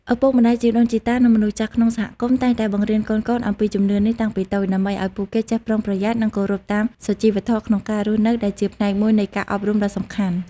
ឪពុកម្ដាយ ជីដូនជីតា និងមនុស្សចាស់ក្នុងសហគមន៍ តែងតែបង្រៀនកូនៗអំពីជំនឿនេះតាំងពីតូច ដើម្បីឲ្យពួកគេចេះប្រុងប្រយ័ត្ន និងគោរពតាមសុជីវធម៌ក្នុងការរស់នៅ ដែលជាផ្នែកមួយនៃការអប់រំដ៏សំខាន់។